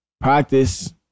practice